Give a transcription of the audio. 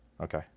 Okay